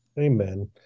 Amen